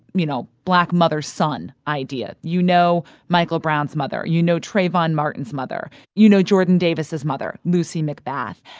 you know, black mother's son idea. you know michael brown's mother. you know trayvon martin's mother. you know jordan davis' mother, lucy mcbath.